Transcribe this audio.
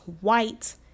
white